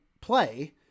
play